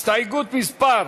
הסתייגות מס'